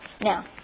Now